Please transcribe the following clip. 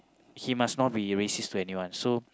he must not be racist to anyone so